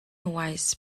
wise